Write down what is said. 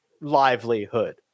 livelihood